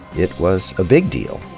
it was a big deal.